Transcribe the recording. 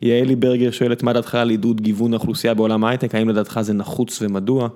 יעלי ברגר שואלת מה דעתך על עידוד גיוון אוכלוסייה בעולם ההייטק, האם לדעתך זה נחוץ ומדוע?